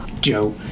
Joe